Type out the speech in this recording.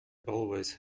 always